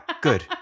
Good